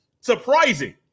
surprising